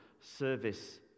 service